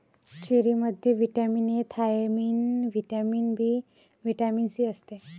चेरीमध्ये vitamin A, thiamine, vitamin B, vitamin C असते